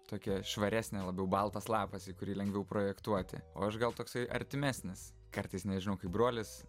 tokia švaresnė labiau baltas lapas į kurį lengviau projektuoti o aš gal toksai artimesnis kartais nežinau kaip brolis